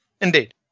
Indeed